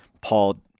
Paul